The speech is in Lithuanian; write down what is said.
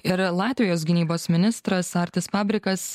ir latvijos gynybos ministras artis pabrikas